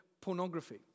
pornography